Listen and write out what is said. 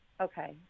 Okay